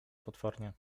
potwornie